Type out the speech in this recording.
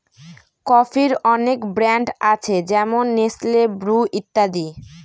কফির অনেক ব্র্যান্ড আছে যেমন নেসলে, ব্রু ইত্যাদি